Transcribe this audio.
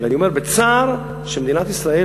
ואני אומר בצער שמדינת ישראל,